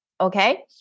okay